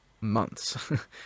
months